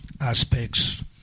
aspects